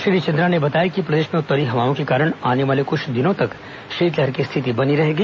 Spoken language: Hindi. श्री चंद्रा ने बताया कि प्रदेश में उत्तरी हवाओं के कारण आने वाले कुछ दिनों तक शीतलहर की स्थिति बनी रहेगी